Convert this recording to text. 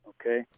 Okay